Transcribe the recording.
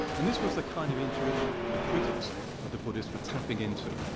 and this was the kind of intuition that the critics of the buddhists were tapping into.